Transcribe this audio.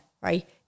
right